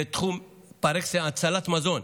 זה תחום הצלת מזון,